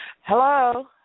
Hello